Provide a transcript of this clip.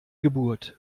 geburt